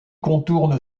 contourne